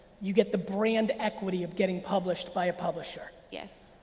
you get the brand equity of getting published by a publisher. yes.